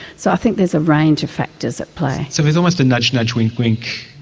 so i think there's a range of factors at play. so there's almost a nudge nudge, wink wink